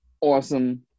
awesome